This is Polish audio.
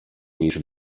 niż